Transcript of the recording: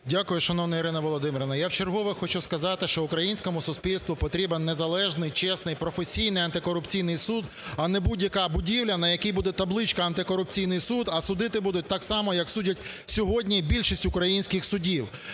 Дякую, шановна Ірина Володимирівна! Я вчергове хочу сказати, що українському суспільству потрібен незалежний, чесний, професійний антикорупційний суд, а не будь-яка будівля, на якій буде табличка "антикорупційний суд", а судити будуть так само, як судять сьогодні більшість українських судів.